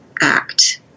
act